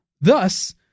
Thus